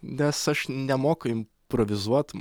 nes aš nemoku improvizuot